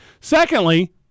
Secondly